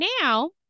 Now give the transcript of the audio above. now